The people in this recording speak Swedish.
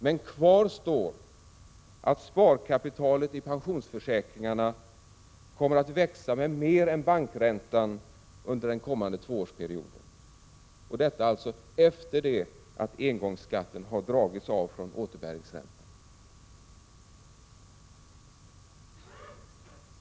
Men kvar står att sparkapitalet i pensionsförsäkringarna kommer att växa med mer än bankräntan under den kommande tvåårsperioden, och detta alltså efter det att engångsskatten har dragits av från återbäringsräntan.